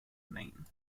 name